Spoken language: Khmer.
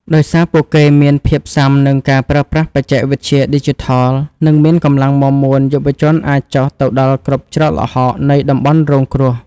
ដោយសារពួកគេមានភាពស៊ាំនឹងការប្រើប្រាស់បច្ចេកវិទ្យាឌីជីថល និងមានកម្លាំងមាំមួន យុវជនអាចចុះទៅដល់គ្រប់ច្រកល្ហកនៃតំបន់រងគ្រោះ។